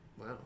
Wow